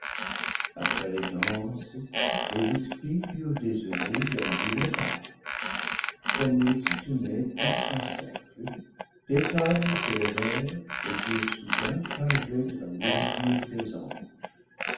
après les danses les esprits furent désireux d'un doux repas comme ils se tenaient tous en cercle des tables s'élevèrent et furent soudain chargées de la nourriture des anges